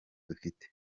dufite